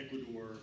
Ecuador